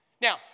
Now